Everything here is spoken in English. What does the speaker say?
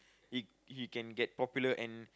he he can get popular and